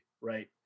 right